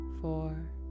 four